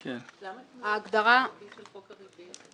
למה אתם לא --- של חוק הריבית?